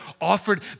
offered